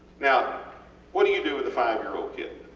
now what do you do with a five-year-old kid?